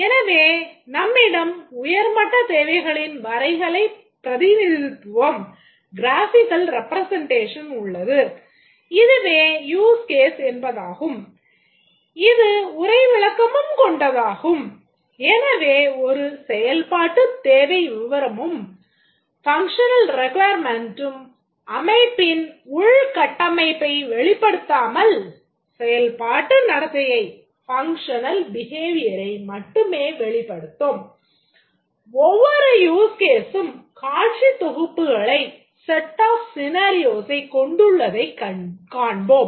எனவே நம்மிடம் உயர்மட்டத் தேவைகளின் வரைகலைப் பிரதிநிதித்துவம் கொண்டுள்ளதைக் காண்போம்